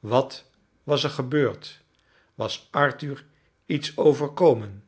wat was er gebeurd was arthur iets overkomen